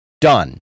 done